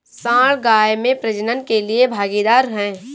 सांड गाय में प्रजनन के लिए भागीदार है